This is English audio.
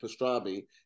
pastrami